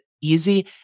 easy